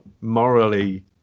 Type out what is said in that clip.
morally